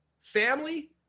family